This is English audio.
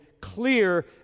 clear